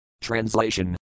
Translation